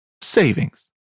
savings